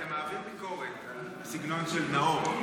אתה מעביר ביקורת על הסגנון של נאור,